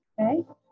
Okay